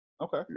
Okay